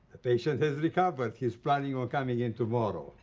the patient has recovered. he's planning on coming in tomorrow.